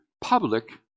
public